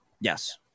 Yes